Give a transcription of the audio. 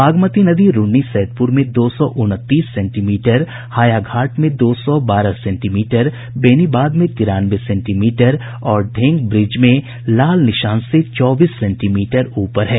बागमती नदी रून्नीसैदपुर में दो सौ उनतीस सेंटीमीटर हायाघाट में दो सौ बारह सेंटीमीटर बेनीबाद में तिरानवे सेंटीमीटर और ढेंग ब्रिज में खतरे के निशान से चौबीस सेंटीमीटर ऊपर है